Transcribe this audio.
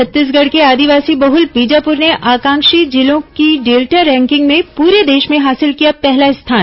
छत्तीसगढ़ के आदिवासी बहुल बीजापुर ने आकांक्षी जिलों की डेल्टा रैंकिंग में पूरे देश में हासिल किया पहला स्थान